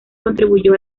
contribuyó